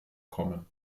kommen